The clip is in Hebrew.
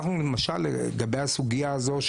אנחנו למשל לגבי הסוגיה הזאת,